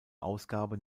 ausgabe